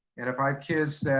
and if i have kids that